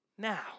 Now